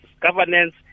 governance